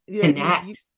connect